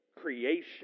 creation